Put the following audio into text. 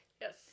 Yes